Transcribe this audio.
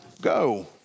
go